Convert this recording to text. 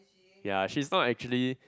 ya she's not actually